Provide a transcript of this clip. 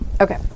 Okay